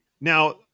Now